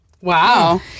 Wow